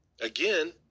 Again